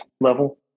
level